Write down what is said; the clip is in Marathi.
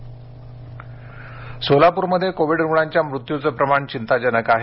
शरद पवार सोलाप्रमध्ये कोविड रुग्णांच्या मृत्यूचं प्रमाण चिंताजनक आहे